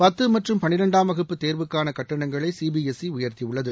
பத்து மற்றும் பனிரெண்டாம் வகுப்பு தேர்வுக்கான கட்டணங்களை சி பி எஸ் சி உயர்த்தியுள்ளது